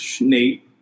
Nate